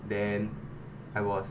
then I was